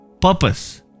Purpose